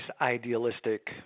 idealistic